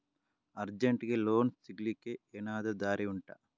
ಅರ್ಜೆಂಟ್ಗೆ ಲೋನ್ ಸಿಗ್ಲಿಕ್ಕೆ ಎನಾದರೂ ದಾರಿ ಉಂಟಾ